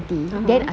(uh huh)